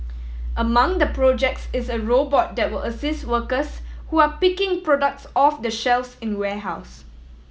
among the projects is a robot that will assist workers who are picking products off the shelves in warehouse